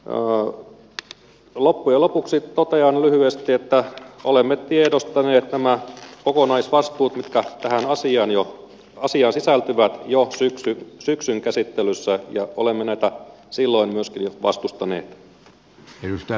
loppujen lopuksi totean lyhyesti että olemme tiedostaneet nämä kokonaisvastuut mitkä tähän asiaan sisältyvät jo syksyn käsittelyssä ja olemme näitä silloin myöskin jo vastustaneet